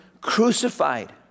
crucified